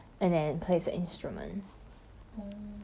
as in like long term leh like until like marriage